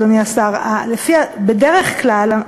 אדוני השר: בדרך כלל,